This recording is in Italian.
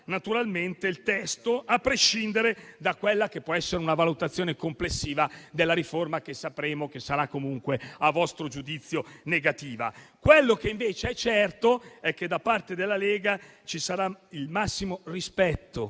naturalmente il testo, a prescindere da quella che può essere una valutazione complessiva della riforma, che sappiamo sarà comunque a vostro giudizio negativa. Quello che invece è certo è che da parte della Lega ci sarà il massimo rispetto